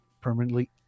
permanently